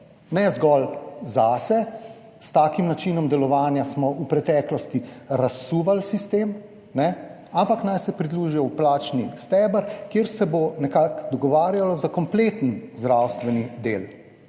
ne zgolj zase, s takim načinom delovanja smo v preteklosti razsuvali sistem, ampak naj se pridružijo v plačni steber, kjer se bo nekako dogovarjala za kompleten zdravstveni del.